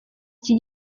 iki